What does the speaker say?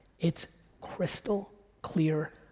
it's crystal clear,